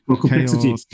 complexity